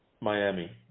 Miami